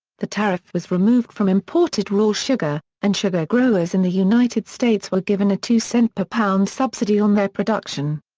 the tariff was removed from imported raw sugar, and sugar growers in the united states were given a two cent per pound subsidy on their production.